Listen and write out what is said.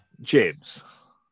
James